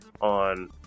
on